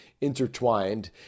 intertwined